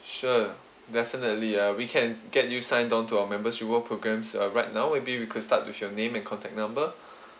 sure definitely uh we can get you signed on to our members reward programs uh right now maybe we could start with your name and contact number